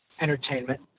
entertainment